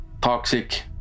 toxic